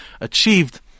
achieved